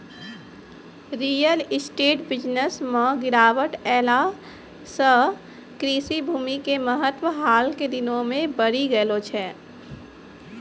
real estate के business मॅ गिरावट ऐला सॅ कृषि भूमि के महत्व हाल के दिनों मॅ बढ़ी गेलो छै